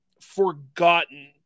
forgotten